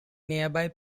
nearby